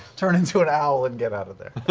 turn into an owl and get outta there.